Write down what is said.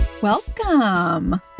Welcome